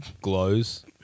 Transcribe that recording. glows